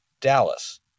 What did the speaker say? Dallas